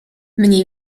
mniej